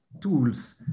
tools